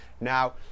Now